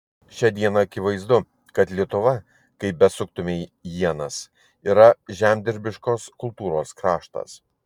šią dieną akivaizdu kad lietuva kaip besuktumei ienas yra žemdirbiškos kultūros kraštas